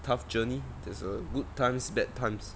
tough journey there's a good times bad times